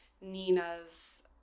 nina's